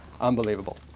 unbelievable